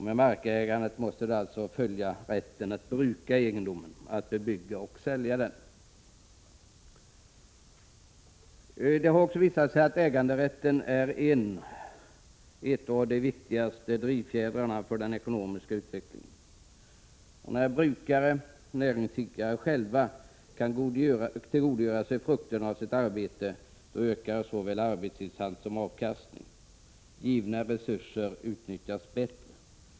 Med markägandet måste följa rätten att bruka egendomen samt bebygga och sälja den. Det har också visat sig att äganderätten är en av de viktigaste drivfjädrarna för den ekonomiska utvecklingen. När en brukare, en näringsidkare, själv kan tillgodogöra sig frukterna av sitt arbete ökar såväl arbetsinsatserna som avkastningen. Givna resurser utnyttjas bättre.